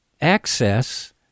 access